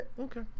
Okay